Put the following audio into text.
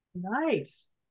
Nice